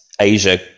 asia